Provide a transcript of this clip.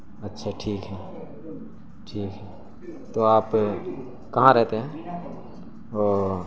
اچھا ٹھیک ہے ٹھیک ہے تو آپ کہاں رہتے ہیں اوہ